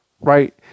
right